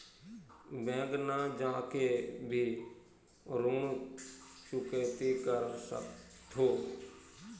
Bank न जाके भी ऋण चुकैती कर सकथों?